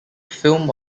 film